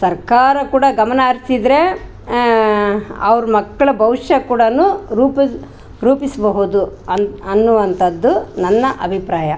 ಸರ್ಕಾರ ಕೂಡ ಗಮನ ಹರ್ಸಿದ್ದರೆ ಅವ್ರ ಮಕ್ಕಳ ಭವಿಷ್ಯ ಕೂಡನು ರೂಪಿ ರೂಪಿಸಬಹುದು ಅಂತ ಅನ್ನೋವಂಥದ್ದು ನನ್ನ ಅಭಿಪ್ರಾಯ